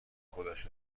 خودش